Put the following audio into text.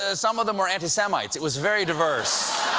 ah some of them were anti-semites. it was very diverse.